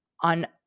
on